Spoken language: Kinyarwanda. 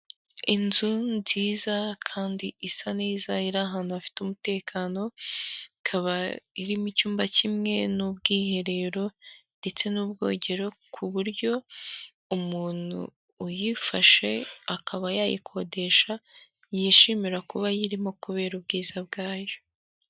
Inzu nziza kandi isa neza iri ahantu hafite umutekano, ikaba iri mu icyumba kimwe n'ubwiherero ndetse n'ubwogero ku buryo umuntu uyifashe akaba yayikodesha yishimira kuba ayirimo kubera ubwiza bwayo.